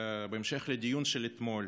בהמשך לדיון של אתמול: